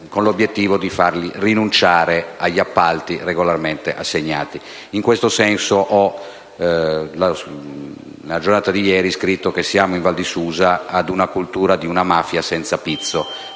con l'obiettivo di farli rinunciare agli appalti regolarmente assegnati. In questo senso, nella giornata di ieri ho scritto che in Val di Susa siamo alla cultura di una mafia senza pizzo.